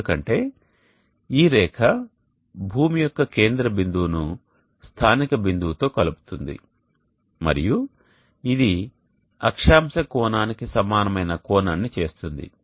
ఎందుకంటే ఈ రేఖ భూమి యొక్క కేంద్ర బిందువును స్థానిక బిందువుతో కలుపుతుంది మరియు ఇది అక్షాంశ కోణానికి సమానమైన కోణాన్ని చేస్తుంది